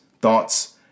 thoughts